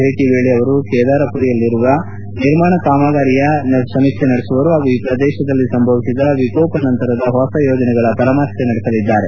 ಭೇಟಿಯ ವೇಳೆ ಅವರು ಕೇದಾರ್ಪುರಿಯಲ್ಲಿನ ನಿರ್ಮಾಣ ಕಾಮಗಾರಿಯ ಸಮೀಕ್ಷೆ ನಡೆಸುವರು ಹಾಗೂ ಈ ಪ್ರದೇಶದಲ್ಲಿ ಸಂಭವಿಸಿದ ವಿಕೋಪ ನಂತರದ ಹೊಸ ಯೋಜನೆಗಳ ಪರಾಮರ್ಶೆ ನಡೆಸಲಿದ್ದಾರೆ